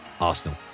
Arsenal